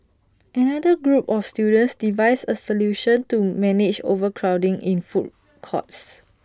another group of students devised A solution to manage overcrowding in food courts